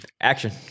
Action